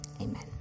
Amen